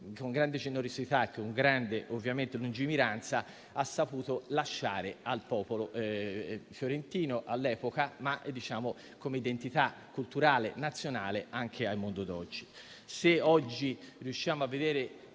con grande generosità e lungimiranza, ha saputo lasciare al popolo fiorentino all'epoca, ma, se guardiamo all'identità culturale nazionale, anche al mondo odierno.